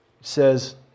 says